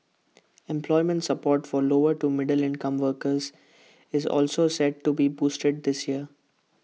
employment support for lower to middle income workers is also set to be boosted this year